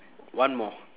one more